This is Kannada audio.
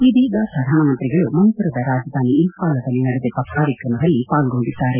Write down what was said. ಇದೀಗ ಪ್ರಧಾನಮಂತ್ರಿಗಳು ಮಣಿಪುರದ ರಾಜಧಾನಿ ಇಂಫಾಲದಲ್ಲಿ ನಡೆದಿರುವ ಕಾರ್ಯಕ್ರಮದಲ್ಲಿ ಪಾಲ್ಗೊಂಡಿದ್ದಾರೆ